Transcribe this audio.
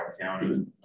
county